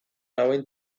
nauen